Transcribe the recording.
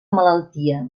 malaltia